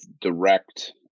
direct